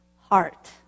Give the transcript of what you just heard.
heart